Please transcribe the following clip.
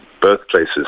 birthplaces